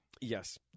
yes